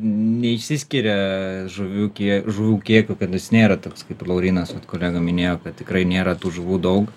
neišsiskiria žuvių kie žuvų kiekiu kad jis nėra toks kaip laurynas vat kolega minėjo kad tikrai nėra tų žuvų daug